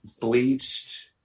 Bleached